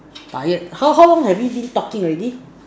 tired how how long have we been talking already